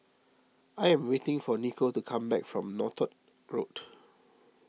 I am waiting for Nico to come back from Northolt Road